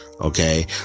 Okay